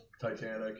Titanic